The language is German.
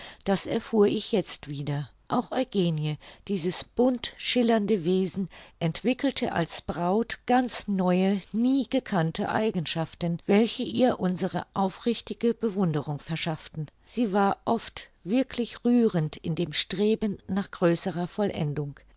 das erfuhr ich jetzt wieder auch eugenie dieses bunt schillernde wesen entwickelte als braut ganz neue nie gekannte eigenschaften welche ihr unsere aufrichtige bewunderung verschafften sie war oft wirklich rührend in dem streben nach größerer vollendung